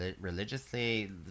religiously